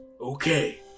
okay